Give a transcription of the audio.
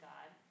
God